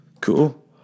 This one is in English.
Cool